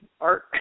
art